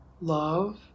love